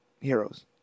heroes